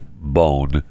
bone